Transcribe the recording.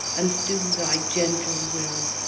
and do thy gentle will?